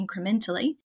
incrementally